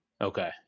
Okay